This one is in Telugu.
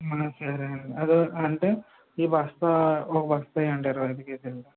సరే అండి అదో అంటే ఈ బస్తా ఓ బస్తా ఎయ్యండి ఇరవై ఐదు కేజీలది